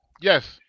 Yes